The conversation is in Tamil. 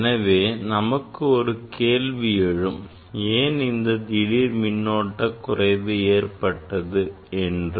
எனவே நமக்கு ஒரு கேள்வி எழும் ஏன் இந்த திடீர் மின்னோட்ட குறைவு ஏற்பட்டது என்று